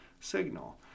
signal